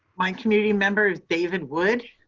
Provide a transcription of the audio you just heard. my community member is david wood.